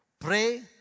Pray